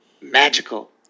Magical